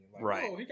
Right